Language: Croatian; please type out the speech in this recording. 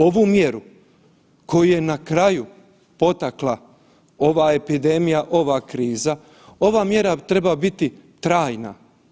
Ovu mjeru koju je na kraju potakla ova epidemija, ova kriza, ova mjera treba biti trajna.